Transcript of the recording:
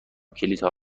کلیدها